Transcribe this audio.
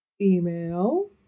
Email